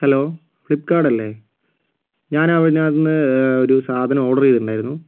hello Flipkart അല്ലെ ഞാൻ അതിനകത്ത് നിന്ന് ഒരു സാധനം ഓർഡർ ചെയ്തിട്ടുണ്ടായിരുന്നു